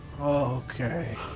Okay